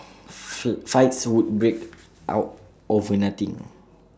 fights would break out over nothing